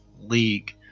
League